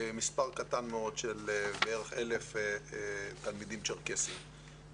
מספר קטן מאוד של כ-1,000 של תלמידים צ'רקסים.